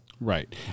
Right